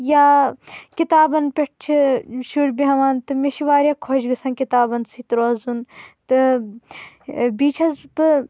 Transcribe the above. یا کِتابَن پٮ۪ٹھ چھِ شُرۍ بیٚہوان تہٕ مےٚ چھِ واریاہ خۄش گژھان کِتابَن سۭتۍ روزُن تہٕ بیٚیہِ چھَس بہٕ